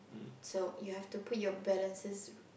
so you have to put your balances